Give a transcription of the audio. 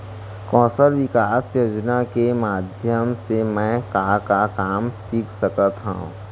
कौशल विकास योजना के माधयम से मैं का का काम सीख सकत हव?